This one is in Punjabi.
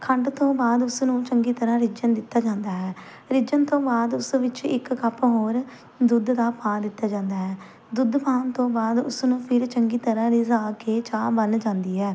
ਖੰਡ ਤੋਂ ਬਾਅਦ ਉਸ ਨੂੰ ਚੰਗੀ ਤਰ੍ਹਾਂ ਰਿੱਝਣ ਦਿੱਤਾ ਜਾਂਦਾ ਹੈ ਰਿੱਝਣ ਤੋਂ ਬਾਅਦ ਉਸ ਵਿੱਚ ਇੱਕ ਕੱਪ ਹੋਰ ਦੁੱਧ ਦਾ ਪਾ ਦਿੱਤਾ ਜਾਂਦਾ ਹੈ ਦੁੱਧ ਪਾਉਣ ਤੋਂ ਬਾਅਦ ਉਸਨੂੰ ਫਿਰ ਚੰਗੀ ਤਰ੍ਹਾਂ ਰਿੱਝਾ ਕੇ ਚਾਹ ਬਣ ਜਾਂਦੀ ਹੈ